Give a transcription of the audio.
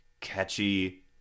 catchy